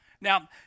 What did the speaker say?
Now